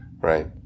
Right